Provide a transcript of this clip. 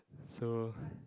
so